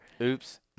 Oops